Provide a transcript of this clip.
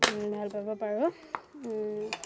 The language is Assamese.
ভাল পাব পাৰোঁ